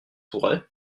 pourrait